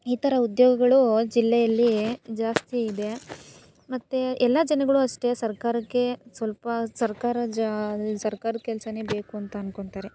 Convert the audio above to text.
ಈ ಥರ ಉದ್ಯೋಗಗಳು ಜಿಲ್ಲೆಯಲ್ಲಿ ಜಾಸ್ತಿ ಇದೆ ಮತ್ತೆ ಎಲ್ಲ ಜನಗಳು ಅಷ್ಟೇ ಸರ್ಕಾರಕ್ಕೆ ಸ್ವಲ್ಪ ಸರ್ಕಾರ ಜ ಸರ್ಕಾರದ ಕೆಲ್ಸನೇ ಬೇಕೂಂತ ಅಂದ್ಕೋತಾರೆ